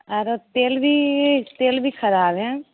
आरो तेल भी तेल भी खराब हए